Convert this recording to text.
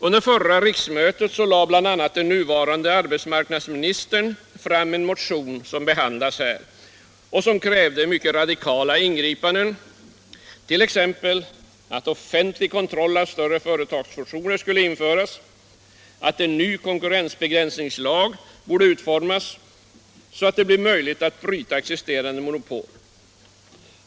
Under förra riksmötet lade bl.a. den nuvarande arbetsmarknadsministern fram en motion som behandlas här och som krävde radikala ingripanden, t.ex. att offentlig kontroll av större före Näringspolitiken Näringspolitiken tagsfusioner skulle införas och att en ny konkurrensbegränsningslag borde utformas så att det blir möjligt att bryta existerande monopol.